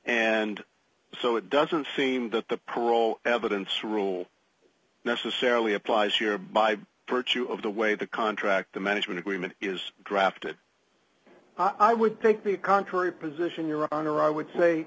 and so it doesn't seem that the parole evidence rule necessarily applies here by virtue of the way the contract the management agreement is drafted i would take the contrary position your honor i would say